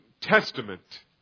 Testament